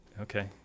Okay